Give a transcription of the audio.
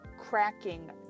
cracking